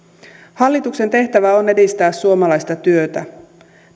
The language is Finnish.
hallituksen tehtävä on edistää suomalaista työtä